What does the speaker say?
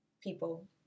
people